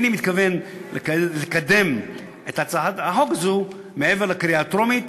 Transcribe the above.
אינני מתכוון לקדם את הצעת החוק הזו מעבר לקריאה הטרומית.